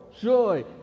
joy